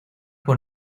con